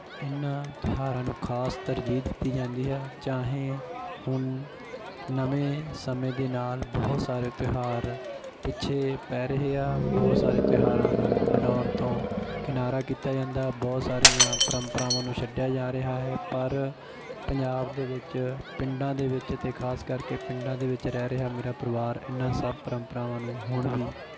ਇਹਨਾਂ ਤਿਉਹਾਰਾਂ ਨੂੰ ਖਾਸ ਤਰਜੀਹ ਦਿੱਤੀ ਜਾਂਦੀ ਹੈ ਚਾਹੇ ਹੁਣ ਨਵੇਂ ਸਮੇਂ ਦੇ ਨਾਲ ਬਹੁਤ ਸਾਰੇ ਤਿਉਹਾਰ ਪਿੱਛੇ ਪੈ ਰਹੇ ਆ ਬਹੁਤ ਸਾਰੇ ਤਿਉਹਾਰਾਂ ਨੂੰ ਮਨਾਉਣ ਤੋਂ ਕਿਨਾਰਾ ਕੀਤਾ ਜਾਂਦਾ ਬਹੁਤ ਸਾਰੀਆਂ ਪਰੰਪਰਾਵਾਂ ਨੂੰ ਛੱਡਿਆ ਜਾ ਰਿਹਾ ਹੈ ਪਰ ਪੰਜਾਬ ਦੇ ਵਿੱਚ ਪਿੰਡਾਂ ਦੇ ਵਿੱਚ ਤਾਂ ਖਾਸ ਕਰਕੇ ਪਿੰਡਾਂ ਦੇ ਵਿੱਚ ਰਹਿ ਰਿਹਾ ਮੇਰਾ ਪਰਿਵਾਰ ਇਹਨਾ ਸਭ ਪਰੰਪਰਾਵਾਂ ਨੂੰ ਹੁਣ ਵੀ